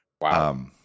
Wow